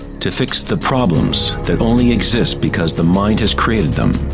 to fix the problems that only exist because the mind has created them.